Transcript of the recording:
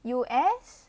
U_S